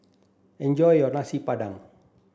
enjoy your Nasi Padang